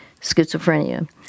schizophrenia